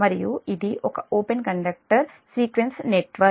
మరియు ఇది ఒక ఓపెన్ కండక్టర్ సీక్వెన్స్ నెట్వర్క్